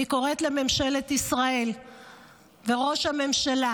אני קוראת לממשלת ישראל וראש הממשלה: